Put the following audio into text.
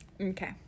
Okay